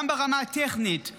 גם ברמה הטכנית,